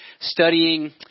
studying